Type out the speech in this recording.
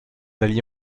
alliés